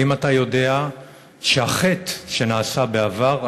האם אתה יודע שהחטא שנעשה בעבר,